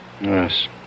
Yes